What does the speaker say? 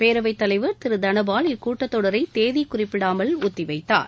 பேரவைத் தலைவர் திரு ப தனபால் இக்கூட்டத் தொடரை தேதி குறிப்பிடாமல் ஒத்திவைத்தார்